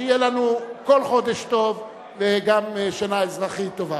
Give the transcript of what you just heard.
שיהיה לנו כל חודש טוב וגם שנה אזרחית טובה.